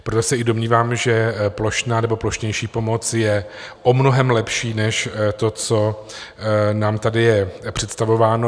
Proto se i domnívám, že plošná nebo plošnější pomoc je mnohem lepší než to, co nám tady je představováno.